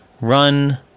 run